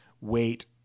wait